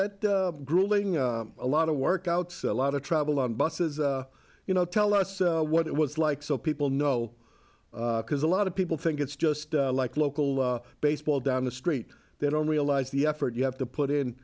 that grueling a lot of workouts a lot of travel on buses you know tell us what it was like so people know because a lot of people think it's just like local baseball down the street they don't realize the effort you have to put in